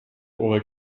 eurer